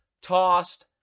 tossed